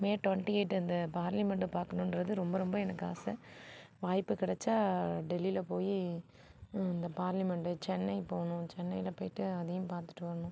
மே twenty eight இந்த பார்லிமெண்ட்டை பார்க்கணுன்றது ரொம்ப ரொம்ப எனக்கு ஆசை வாய்ப்பு கிடைச்சா டெல்லியில் போயி இந்த பார்லிமெண்டு சென்னைப் போகணும் சென்னையில் போயிட்டு அதையும் பார்த்துட்டு வரணும்